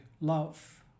love